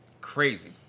Crazy